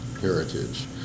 heritage